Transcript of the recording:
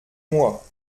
moi